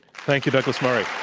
thank you, douglas murray.